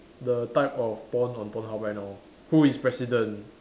the type of porn on pornhub right now who is president